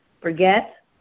forget